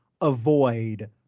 avoid